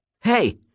Hey